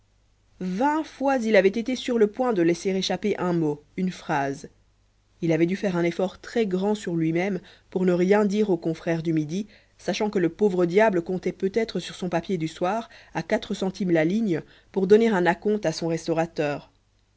vingt fois il avait été sur le point de laisser échapper un mot une phrase il avait dû faire un effort très grand sur lui-même pour ne rien dire au confrère du midi sachant que le pauvre diable comptait peutêtre sur son papier du soir à quatre centimes la ligne pour donner un à-compte à son restaurateur